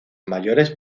mayores